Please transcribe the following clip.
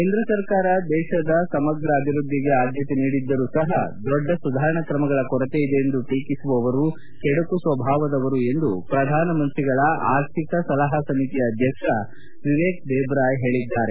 ಕೇಂದ್ರ ಸರ್ಕಾರ ದೇಶದ ಸಮಗ್ರ ಅಭಿವೃದ್ದಿಗೆ ಆದ್ಯತೆ ನೀಡಿದ್ದರೂ ಸಹ ದೊಡ್ಡ ಸುಧಾರಣಾ ಕ್ರಮಗಳ ಕೊರತೆ ಇದೆ ಎಂದು ಟೀಕಿಸುವವರು ಕೆಡಕು ಸ್ವಭಾವದವರು ಎಂದು ಪ್ರಧಾನಮಂತ್ರಿಗಳ ಆರ್ಥಿಕ ಸಲಹಾ ಸಮಿತಿ ಅಧ್ಯಕ್ಷ ವಿವೇಕ್ ದೇಬ್ರಾಯ್ ಹೇಳಿದ್ದಾರೆ